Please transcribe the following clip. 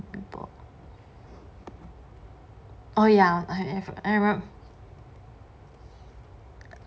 people oh ya I if I am